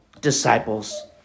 disciples